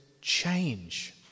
change